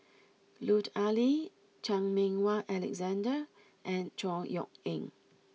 Lut Ali Chan Meng Wah Alexander and Chor Yeok Eng